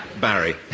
Barry